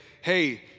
hey